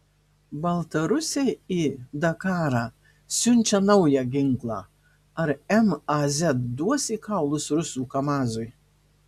baltarusiai į dakarą siunčia naują ginklą ar maz duos į kaulus rusų kamazui